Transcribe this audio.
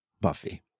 Buffy